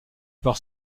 par